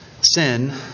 sin